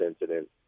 incident